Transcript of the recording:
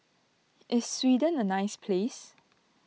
is Sweden a nice place